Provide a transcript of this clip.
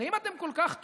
הרי אם אתם כל כך טובים,